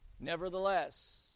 Nevertheless